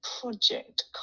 project